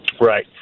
Right